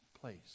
place